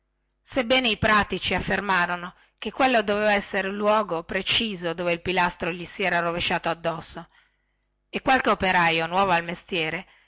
sebbene i pratici affermarono che quello dovea essere il luogo preciso dove il pilastro gli si era rovesciato addosso e qualche operaio nuovo del mestiere